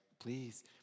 please